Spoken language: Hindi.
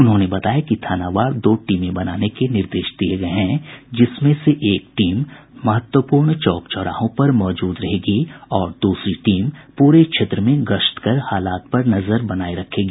उन्होंने बताया कि थानावार दो टीमें बनाने के निर्देश दिये गये हैं जिनमें से एक टीम महत्वपूर्ण चौक चौराहों पर मौजूद रहेगी और दूसरी टीम पूरे क्षेत्र में गश्त कर हालात पर नजर बनाये रखेगी